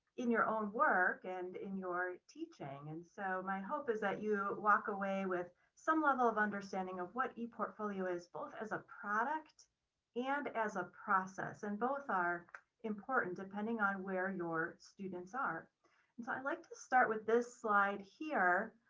in your own work and in your teaching. and so my hope is that you walk away with some level of understanding of what an eportfolio is both as a product and as a process. and both are important depending on where your students are. so i'd like to start with this slide here,